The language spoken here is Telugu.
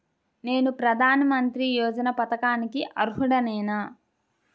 నేను ప్రధాని మంత్రి యోజన పథకానికి అర్హుడ నేన?